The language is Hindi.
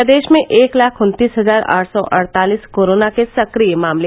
प्रदेश में एक लाख उन्तीस हजार आठ सौ अड़तालीस कोरोना के सक्रिय मामले